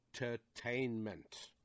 entertainment